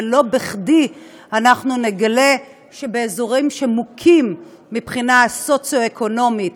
ולא בכדי אנחנו נגלה שבאזורים שהם מוכים מבחינה סוציו-אקונומית,